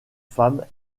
femmes